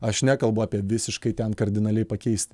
aš nekalbu apie visiškai ten kardinaliai pakeist